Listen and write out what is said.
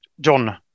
John